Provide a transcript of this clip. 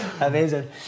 Amazing